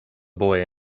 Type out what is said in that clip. boy